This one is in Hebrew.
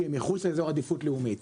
כי הם מחוץ לאזור עדיפות לאומית.